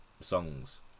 songs